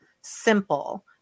simple